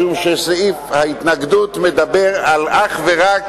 משום שסעיף ההתנגדות מדבר על אך ורק